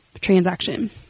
transaction